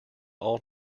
all